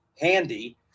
handy